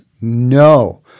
No